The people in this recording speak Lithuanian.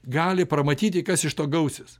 gali pramatyti kas iš to gausis